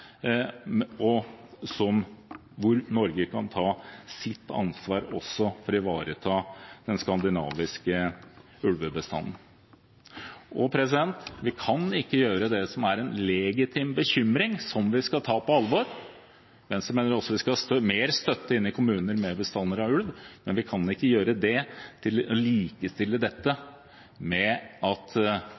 flertallet, og hvor Norge kan ta sitt ansvar også for å ivareta den skandinaviske ulvebestanden. Vi kan ikke når det gjelder det som er en legitim bekymring, som vi skal ta på alvor, men som jeg mener vi mer skal støtte inn i kommuner med bestander av ulv, likestille det med